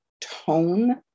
tone